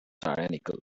tyrannical